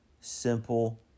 simple